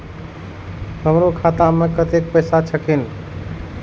हमरो खाता में कतेक पैसा छकीन?